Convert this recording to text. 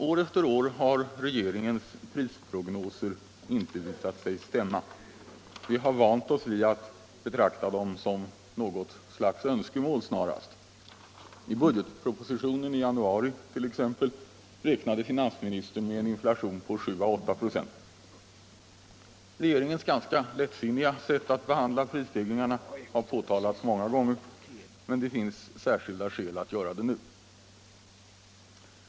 År efter år har regeringens prisprognoser inte visat sig stämma. Vi har vant oss vid att betrakta dem snarast som något slags önskemål. I budgetpropositionen i januari räknade finansministern exempelvis med en inflation på 7-8 96. Regeringens ganska lättsinniga sätt att behandla prisstegringarna har påtalats många gånger, men det finns särskilda skäl att göra det nu.